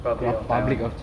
republic of taiwan no